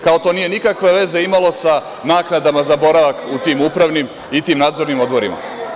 Kao to nije nikakve veze imalo sa naknadama za boravak u tim upravnim i tim nadzornim odborima.